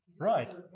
Right